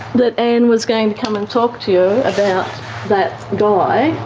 that anne was going to come and talk to you about that guy?